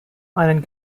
einen